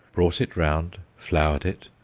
brought it round, flowered it,